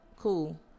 cool